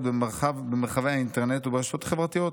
במרחבי האינטרנט וברשתות החברתיות.